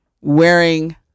wearing